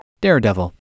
Daredevil